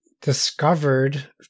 discovered